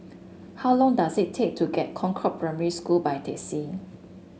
how long does it take to get Concord Primary School by taxi